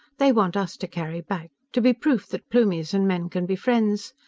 they want us to carry back to be proof that plumies and men can be friends.